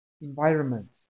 environment